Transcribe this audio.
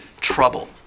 trouble